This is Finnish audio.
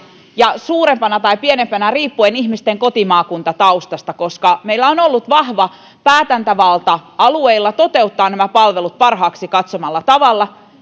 suurempana tai pienempänä riippuen ihmisten kotimaakuntataustasta koska meillä on ollut vahva päätäntävalta alueilla toteuttaa nämä palvelut niiden parhaaksi katsomalla tavalla